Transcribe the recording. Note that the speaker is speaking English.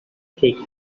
take